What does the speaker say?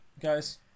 guys